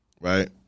right